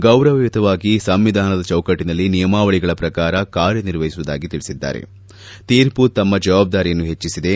ಗೌರವಯುತವಾಗಿ ಸಂವಿಧಾನದ ಚೌಕಟ್ಟನಲ್ಲಿ ನಿಯಮಾವಳಿ ಪ್ರಕಾರ ಕಾರ್ಯ ನಿರ್ವಹಿಸುವುದಾಗಿ ತಿಳಿಸಿದ್ದಾರೆ ತೀರ್ಮ ತಮ್ನ ಜವಾಬ್ದಾರಿಯನ್ನು ಹೆಚ್ಚಿಸಿದೆ